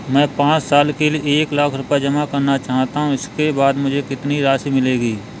मैं पाँच साल के लिए एक लाख रूपए जमा करना चाहता हूँ इसके बाद मुझे कितनी राशि मिलेगी?